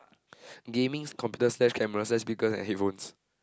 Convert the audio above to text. gaming's computer slash camera slash speaker and headphones